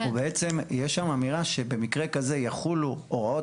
ובעצם יש שם אמירה שבמקרה כזה יחולו הוראות